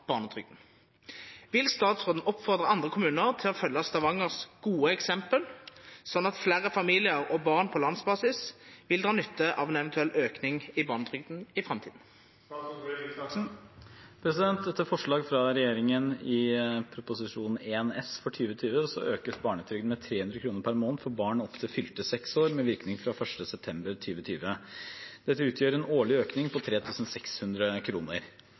barnetrygden. Vil statsråden oppfordre andre kommuner til å følge Stavangers gode eksempel, slik at mange flere familier og barn på landsbasis vil dra nytte av en eventuell økning i barnetrygden i framtiden?» Etter forslag fra regjeringen i Prop. 1 S for 2020 økes barnetrygden med 300 kr per måned for barn opp til fylte 6 år med virkning fra 1. september 2020. Dette utgjør en årlig økning på